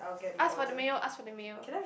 ask for the mayo ask for the mayo